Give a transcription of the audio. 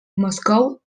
moscou